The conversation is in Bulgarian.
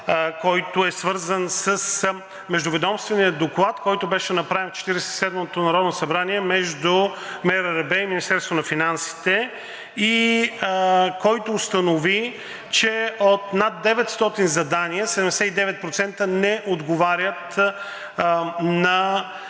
който е свързан с Междуведомствения доклад, който беше направен от Четиридесет и седмото народно събрание между МРРБ и Министерството на финансите, който установи, че от над 900 задания 79% не отговарят на